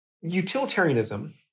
Utilitarianism